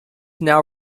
now